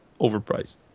overpriced